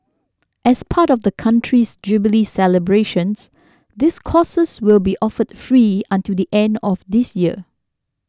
as part of the country's jubilee celebrations these courses will be offered free until the end of this year